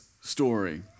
story